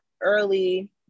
early